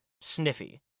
sniffy